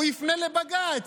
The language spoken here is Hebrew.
הוא יפנה לבג"ץ.